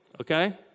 okay